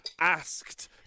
asked